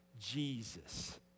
Jesus